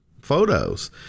photos